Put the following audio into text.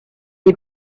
est